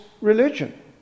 religion